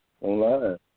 online